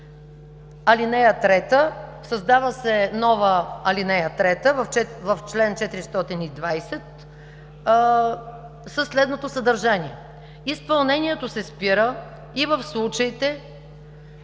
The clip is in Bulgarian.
начин: „(3) Създава се нова ал. 3 в чл. 420 със следното съдържание. Изпълнението се спира и в случаите,